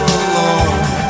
alone